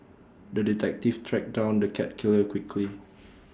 the detective tracked down the cat killer quickly